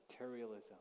materialism